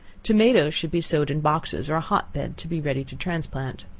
tomatoes should be sowed in boxes or a hot-bed to be ready to transplant.